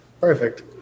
Perfect